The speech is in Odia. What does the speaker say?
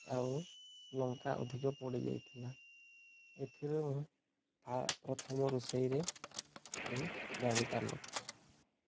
ଆଉ ଲଙ୍କା ଅଧିକ ପଡ଼ିଯାଇଥିଲା ଏଥିରେ ମୁଁ ପ୍ରଥମ ରୋଷେଇରେ ମୁଁ ଜାଣିପାରୁନଥିଲି